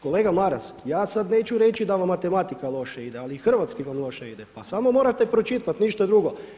Kolega Maras ja sada neću reći da vam matematika loše ide ali i hrvatski vam loše ide, pa samo morate pročitati, ništa drugo.